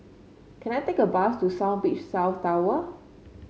can I take a bus to South Beach South Tower